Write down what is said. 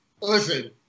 Listen